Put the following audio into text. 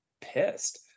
pissed